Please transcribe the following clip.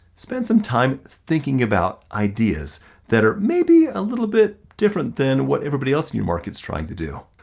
spend some time thinking about ideas that are maybe a little bit different than what everybody else in your market's trying to do.